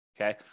okay